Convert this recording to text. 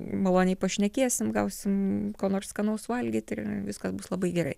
maloniai pašnekėsim gausim ko nors skanaus valgyt ir viskas bus labai gerai